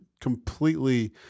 completely